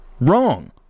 wrong